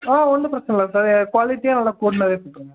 ஆ ஒன்றும் பிரச்சின இல்லை சார் குவாலிட்டியாக உள்ள பொருளே இருக்கட்டும்